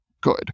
good